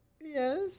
Yes